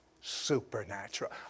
Supernatural